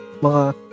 mga